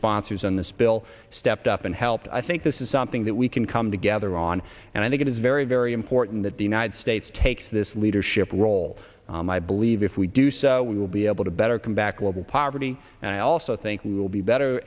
bill stepped up and helped i think this is something that we can come together on and i think it is very very important that the united states takes this leadership role i believe if we do so we will be able to better come back global poverty and i also think we will be better